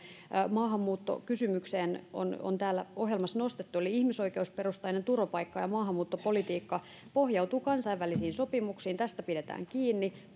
maahanmuuttokysymykseen on on täällä ohjelmassa nostettu eli ihmisoikeusperustainen turvapaikka ja maahanmuuttopolitiikka pohjautuu kansainvälisiin sopimuksiin tästä pidetään kiinni